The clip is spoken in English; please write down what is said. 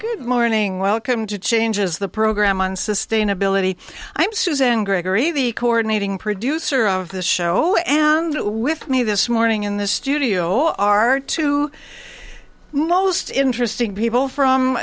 good morning welcome to changes the program on sustainability i'm suzanne gregory the coordinating producer of the show and with me this morning in the studio are two most interesting people from